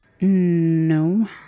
No